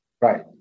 Right